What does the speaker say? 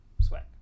sweat